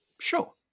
sure